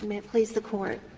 um and please the court